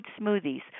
smoothies